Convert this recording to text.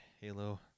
Halo